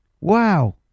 Wow